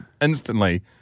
instantly